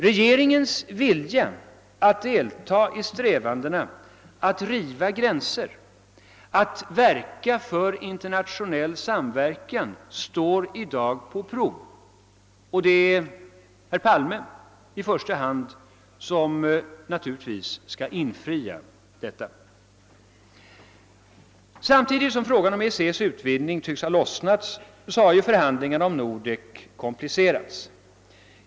Regeringens vilja att deltaga i strävandena att riva gränser, att arbeta för internationell samverkan står i dag på prov och det är naturligtvis herr Palme som i första hand skall infria förväntningarna. Samtidigt som frågan om EEC:s utvidgning tycks ha lossnat har förhandlingarna om Nordek komplicerats.